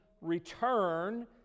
return